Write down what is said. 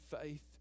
faith